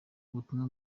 ubutumwa